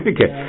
Okay